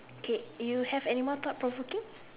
K you have anymore thought provoking